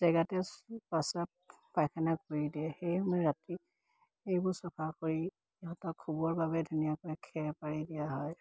জেগাতে প্ৰাস্ৰাৱ পায়খানা কৰি দিয়ে সেয়ে মই ৰাতি এইবোৰ চফা কৰি সিহঁতক শুবৰবাবে ধুনীয়াকৈ খেৰ পাৰি দিয়া হয়